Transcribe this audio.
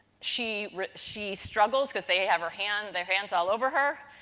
she she struggles because they have her hand, their hands all over her.